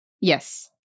Yes